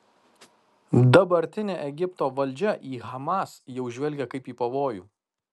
dabartinė egipto valdžia į hamas jau žvelgia kaip į pavojų